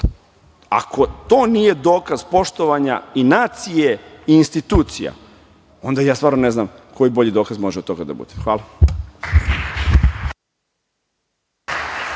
Ako to nije dokaz poštovanja i nacije i institucija, onda ja stvarno ne znam koji bolji dokaz može od toga da bude. Hvala.